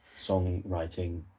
songwriting